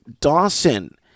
Dawson